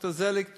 ד"ר זליג טוכנר,